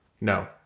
No